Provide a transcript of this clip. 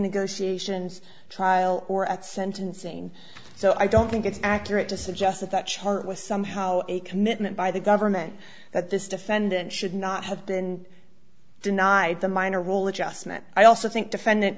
negotiations trial or at sentencing so i don't think it's accurate to suggest that that charge was somehow a commitment by the government that this defendant should not have been denied the minor role it just meant i also think defendant